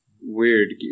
weird